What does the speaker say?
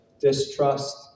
distrust